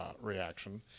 reaction